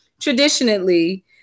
traditionally